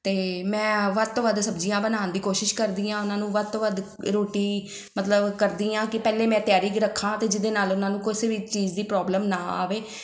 ਅਤੇ ਮੈਂ ਵੱਧ ਤੋਂ ਵੱਧ ਸਬਜ਼ੀਆਂ ਬਣਾਉਣ ਦੀ ਕੋਸ਼ਿਸ਼ ਕਰਦੀ ਹਾਂ ਉਹਨਾਂ ਨੂੰ ਵੱਧ ਤੋਂ ਵੱਧ ਰੋਟੀ ਮਤਲਬ ਕਰਦੀ ਹਾਂ ਕਿ ਪਹਿਲੇ ਮੈਂ ਤਿਆਰੀ ਕੀ ਰੱਖਾਂ ਤਾਂ ਜਿਹਦੇ ਨਾਲ ਉਹਨਾਂ ਨੂੰ ਕਿਸੇ ਵੀ ਚੀਜ਼ ਦੀ ਪ੍ਰੋਬਲਮ ਨਾ ਆਵੇ